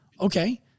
Okay